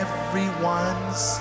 Everyone's